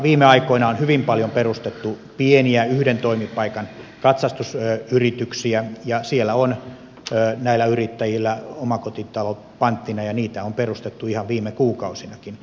viime aikoina on hyvin paljon perustettu pieniä yhden toimipaikan katsastusyrityksiä ja siellä on näillä yrittäjillä omakotitalot panttina ja niitä on perustettu ihan viime kuukausinakin